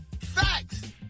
Facts